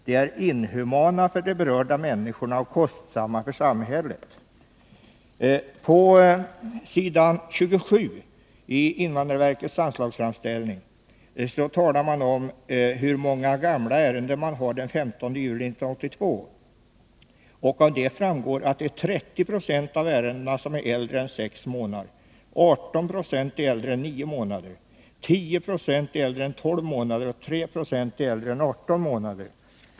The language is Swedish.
De är inhumana för de berörda människorna och kostsamma för samhället.” På s. 27 talar man om hur många ”gamla” ärenden man hade per den 15 juli 1982. Av detta framgår att 30 26 av ärendena är äldre än sex månader, 18 96 är äldre än nio månader, 10 20 är äldre än tolv månader och 3 90 är äldre än arton månader.